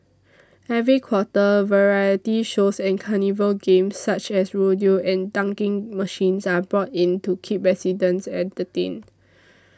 every quarter variety shows and carnival games such as rodeo and dunking machines are brought in to keep residents entertained